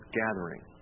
gathering